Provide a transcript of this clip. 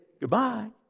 goodbye